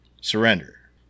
surrender